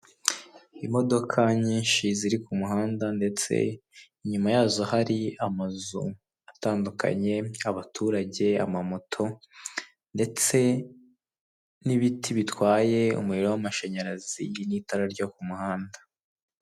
Imodoka nyinshi ziri k'umuhanda ndetse inyuma yazo hari amazu atandukanye, abaturage amamoto ndetse n'ibiti bitwaye umuriro w'amashanyarazi n'itara ryo k'umuhanda.